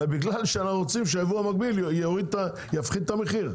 אלא בגלל שאנחנו רוצים שהיבוא המקביל יפחית את המחיר.